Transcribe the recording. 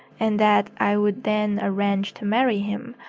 and that i would then arrange to marry him.